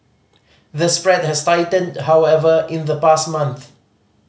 the spread has tightened however in the past month